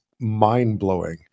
mind-blowing